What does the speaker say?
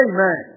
Amen